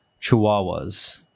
chihuahuas